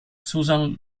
susan